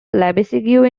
lebesgue